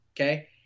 Okay